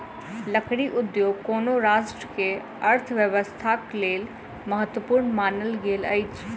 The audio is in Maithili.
लकड़ी उद्योग कोनो राष्ट्र के अर्थव्यवस्थाक लेल महत्वपूर्ण मानल गेल अछि